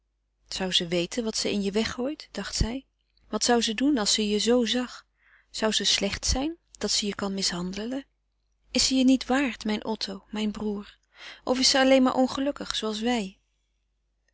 zou ze weten wat ze in je weggooit dacht zij wat zou ze doen als ze je zoo zag zou ze slecht zijn dat ze je kan mishandelen is ze je niet waard mijn otto mijn broêr of is ze alleen maar ongelukkig zooals wij